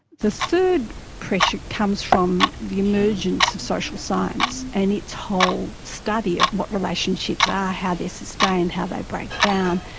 the third pressure comes from the emergence of social science and its whole study of what relationships are, how they're sustained, how they break down,